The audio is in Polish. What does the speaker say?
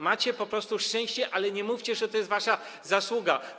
Macie po prostu szczęście, ale nie mówcie, że to jest wasza zasługa.